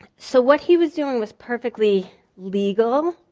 so what he was doing was perfectly legal.